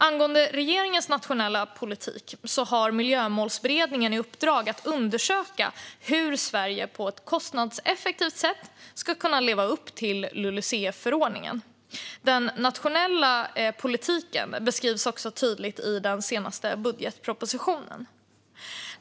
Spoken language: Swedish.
Angående regeringens nationella politik har Miljömålsberedningen i uppdrag att undersöka hur Sverige på ett kostnadseffektivt sätt ska kunna leva upp till LULUCF-förordningen. Den nationella politiken beskrivs också tydligt i den senaste budgetpropositionen.